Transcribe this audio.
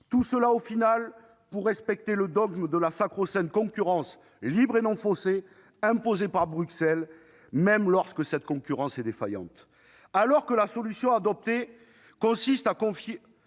Tout cela, au final, pour respecter le dogme de la sacro-sainte concurrence libre et non faussée imposé par Bruxelles, même lorsque cette concurrence est défaillante. Alors que la solution adoptée consiste à confier